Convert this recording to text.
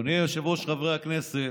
אדוני היושב-ראש, חברי הכנסת,